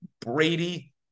Brady